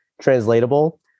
translatable